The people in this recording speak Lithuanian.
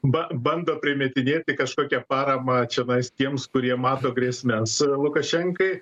ba bando primetinėti kažkokią paramą čianais tiems kurie mato grėsmes lukašenkai